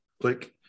Click